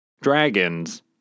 Dragons